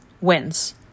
wins